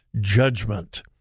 judgment